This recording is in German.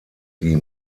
die